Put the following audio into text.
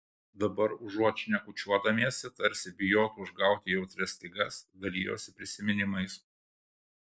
dabar užuot šnekučiuodamiesi tarsi bijotų užgauti jautrias stygas dalijosi prisiminimais